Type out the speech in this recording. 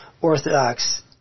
Orthodox